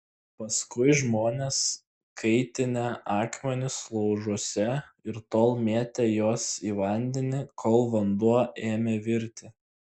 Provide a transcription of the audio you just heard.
paskui žmonės kaitinę akmenis laužuose ir tol mėtę juos į vandenį kol vanduo ėmė virti